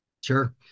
Sure